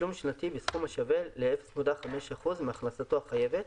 תשלום שנתי בסכום השווה ל-0.5% מהכנסתו החייבת